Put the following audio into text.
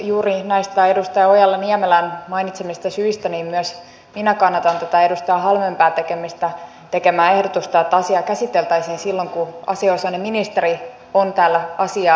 juuri näistä edustaja ojala niemelän mainitsemista syistä myös minä kannatan tätä edustaja halmeenpään tekemää ehdotusta että asia käsiteltäisiin silloin kun asianosainen ministeri on täällä asiaa esittelemässä